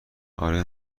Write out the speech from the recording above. آره